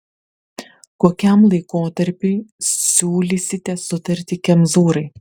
kokiam laikotarpiui siūlysite sutartį kemzūrai